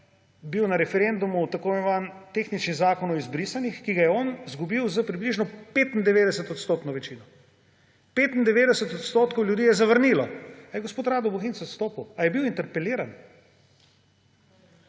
bil na referendumu tako imenovani tehnični zakon o izbrisanih, ki ga je on izgubil s približno 95-odstotno večino. 95 odstotkov ljudi je zavrnilo. Ali je gospod Rado Bohinc odstopil? Ali je bil interpeliran?